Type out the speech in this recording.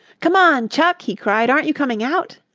come on, chuck! he cried. aren't you coming out?